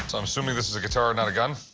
i'm assuming this is a guitar and not a gun.